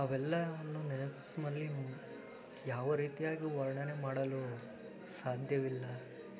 ಅವೆಲ್ಲವನ್ನೂ ನೆನಪಲ್ಲಿ ಯಾವ ರೀತಿಯಾಗಿ ವರ್ಣನೆ ಮಾಡಲು ಸಾಧ್ಯವಿಲ್ಲ